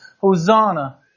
Hosanna